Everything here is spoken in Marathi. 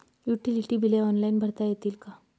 युटिलिटी बिले ऑनलाईन भरता येतील का?